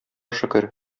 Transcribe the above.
шөкер